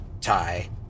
tie